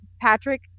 Patrick